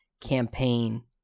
campaign